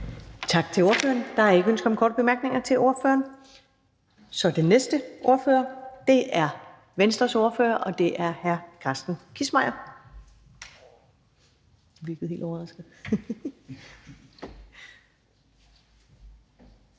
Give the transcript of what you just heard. Tak til ordføreren. Der er ikke ønske om korte bemærkninger til ordføreren. Den næste ordfører er Venstres ordfører, og det er hr. Carsten Kissmeyer. Kl. 12:04 (Ordfører)